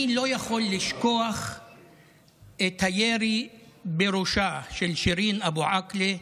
אני לא יכול לשכוח את הירי בראשה של שירין אבו עאקלה,